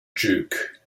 duke